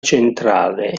centrale